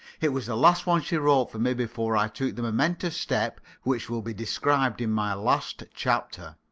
it was the last one she wrote for me before i took the momentous step which will be described in my last chapter